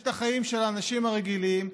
יש את החיים של האנשים הרגילים,